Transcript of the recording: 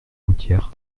routière